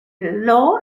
law